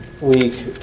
week